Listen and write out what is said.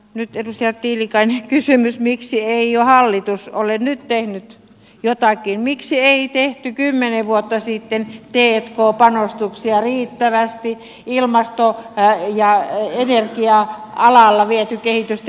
nyt edustaja tiilikaisen kysymys miksi ei hallitus ole jo nyt tehnyt jotakin miksi ei tehty kymmenen vuotta sitten t k panostuksia riittävästi ilmasto ja energia alalla viety kehitystä eteenpäin